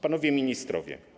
Panowie Ministrowie!